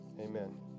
amen